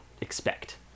expect